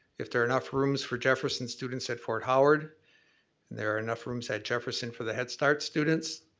if there are enough rooms for jefferson students at fort howard, and there are enough rooms at jefferson for the head-start students,